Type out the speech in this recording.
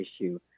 issue